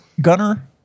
Gunner